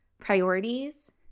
Priorities